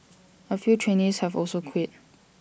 A few trainees have also quit